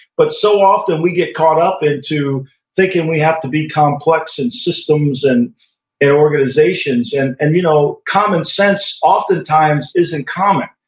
but so often we get caught up into thinking we have to be complex in systems and organizations, and and you know common sense oftentimes isn't common,